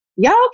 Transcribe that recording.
Y'all